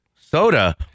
Soda